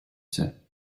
set